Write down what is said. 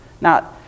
Now